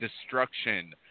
Destruction